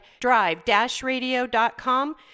drive-radio.com